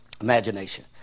Imagination